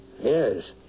Yes